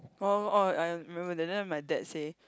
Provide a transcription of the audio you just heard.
oh oh oh I remember that time my dad say